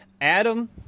Adam